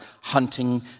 hunting